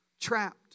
trapped